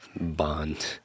Bond